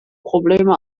probleme